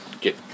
Get